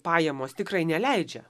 pajamos tikrai neleidžia